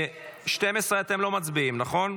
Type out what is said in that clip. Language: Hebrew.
12 אתם לא מצביעים, נכון?